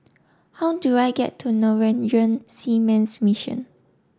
how do I get to Norwegian Seamen's Mission